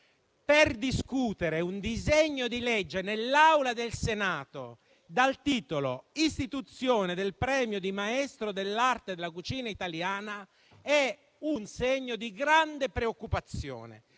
per discutere un disegno di legge nell'Aula del Senato dal titolo: "Istituzione del premio di «Maestro dell'arte della cucina italiana»" è un segno di grande preoccupazione.